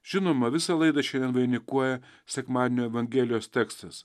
žinoma visą laidą šiandien vainikuoja sekmadienio evangelijos tekstas